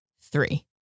three